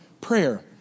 prayer